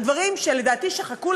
על דברים שלדעתי שחקו,